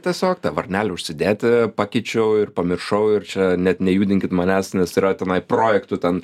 tiesiog tą varnelę užsidėti pakeičiau ir pamiršau ir čia net nejudinkit manęs nes yra tenai projektų ten